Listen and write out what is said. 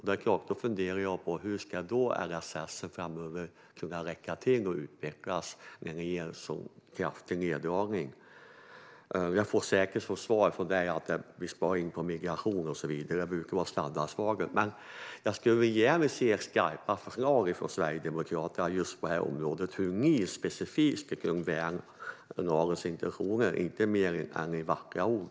Då funderar jag på: Hur ska LSS framöver kunna räcka till och utvecklas när ni gör en så kraftig neddragning? Jag får säkert detta som svar från dig: Vi sparar in på migration och så vidare. Det brukar vara standardsvaret. Men jag skulle gärna vilja se skarpa förslag från Sverigedemokraterna just på detta område. Hur ska ni, specifikt, kunna värna dessa intentioner mer än i vackra ord?